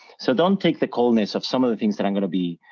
so don't take the coldness of some of the things that i'm gonna be